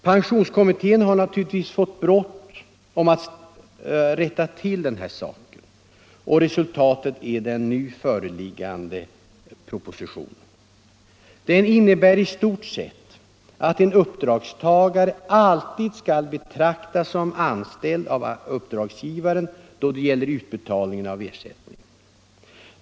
Pensionskommittén har naturligtvis fått bråttom att rätta till den här saken, och resultatet är den nu föreliggande propositionen. Den innebär i stort sett att en uppdragstagare alltid skall betraktas som anställd av uppdragsgivaren då det gäller utbetalningen av ersättning.